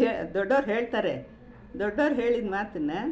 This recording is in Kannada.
ಹೇ ದೊಡ್ಡವ್ರು ಹೇಳ್ತಾರೆ ದೊಡ್ಡವ್ರು ಹೇಳಿದ ಮಾತನ್ನು